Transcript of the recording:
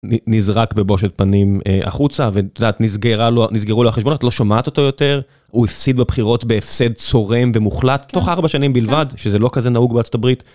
נזרק בבושת פנים החוצה, ואת יודעת, נסגרו לו החשבונות, את לא שומעת אותו יותר, הוא הפסיד בבחירות בהפסד צורם ומוחלט, תוך 4 שנים בלבד, שזה לא כזה נהוג בארה״ב.